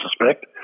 suspect